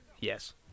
Yes